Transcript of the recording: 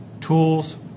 tools